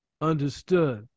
Understood